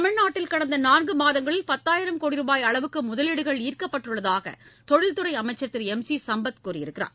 தமிழ்நாட்டில் கடந்த நான்கு மாதங்களில் பத்தாயிரம் கோடி ரூபாய் அளவுக்கு முதலீடுகள் ஈர்க்கப்பட்டுள்ளதாக தொழில்துறை அமைச்சர் திரு எம் சி சம்பத் கூறியிருக்கிறார்